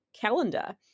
calendar